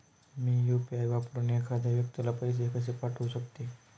मी UPI वापरून एखाद्या व्यक्तीला पैसे कसे पाठवू शकते?